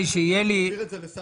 פרק